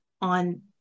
on